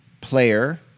player